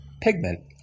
pigment